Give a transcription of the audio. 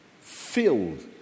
filled